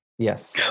Yes